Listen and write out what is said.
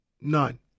None